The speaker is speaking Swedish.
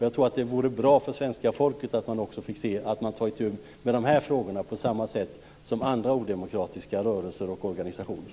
Jag tror att det vore bra för svenska folket att också se att man tar itu med de här frågorna på samma sätt som när det gäller andra odemokratiska rörelser och organisationer.